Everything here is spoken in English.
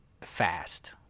fast